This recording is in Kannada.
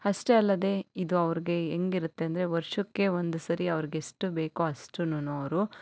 ಅಷ್ಟೇ ಅಲ್ಲದೆ ಇದು ಅವ್ರಿಗೆ ಹೆಂಗಿರುತ್ತೆ ಅಂದರೆ ವರ್ಷಕ್ಕೆ ಒಂದು ಸರಿ ಅವ್ರಿಗೆಷ್ಟು ಬೇಕೋ ಅಷ್ಟನ್ನು ಅವರು